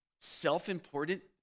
self-important